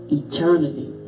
eternity